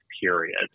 period